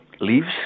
leaves